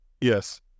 Yes